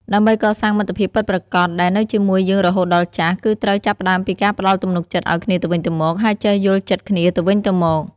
ដើម្បីកសាងមិត្តភាពពិតប្រាកដដែលនៅជាមួយយើងរហូតដល់ចាស់ គឺត្រូវចាប់ផ្ដើមពីការផ្តល់ទំនុកចិត្តឱ្យគ្នាទៅវិញទៅមក ហើយចេះយល់ចិត្តគ្នាទៅវិញទៅមក។